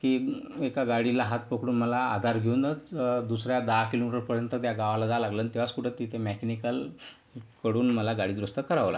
की एका गाडीला हात पकडून मला आधार घेऊनच दुसऱ्या दहा किलोमीटरपर्यंत त्या गावाला जावं लागलं तेव्हाच कुठं तिथं मेकॅनिकल कडून मला गाडी दुरुस्त करावं लागली